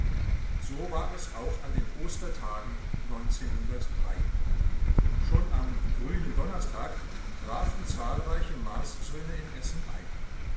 so war es auch an den ostertagen schon am grünen donnerstag trafen zahlreiche marssöhne in essen ein